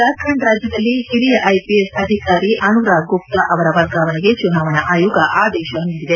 ಜಾರ್ಖಂಡ್ ರಾಜ್ಯದಲ್ಲಿ ಓರಿಯ ಐಪಿಎಸ್ ಅಧಿಕಾರಿ ಅನುರಾಗ್ ಗುಪ್ತ ಅವರ ವರ್ಗಾವಣೆಗೆ ಚುನಾವಣಾ ಆಯೋಗ ಆದೇಶ ನೀಡಿದೆ